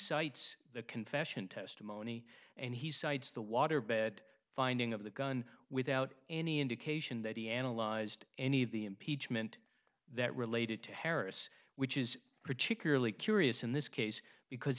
cites the confession testimony and he cites the waterbed finding of the gun without any indication that he analyzed any of the impeachment that related to harris which is particularly curious in this case because